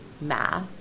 math